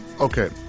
Okay